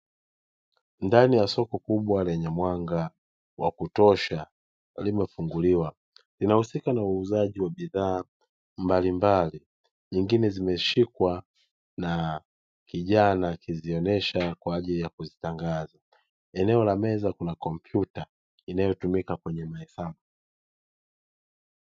Ndani ya soko kubwa lenye mwanga wa kutosha, limefunguliwa. Linahusika na uuzaji wa bidhaa mbalimbali, nyingine zimeshikwa na kijana akizionyesha kwa ajili ya kuzitangaza. Eneo la meza kuna kompyuta inayotumika kwenye mahesabu.